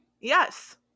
Yes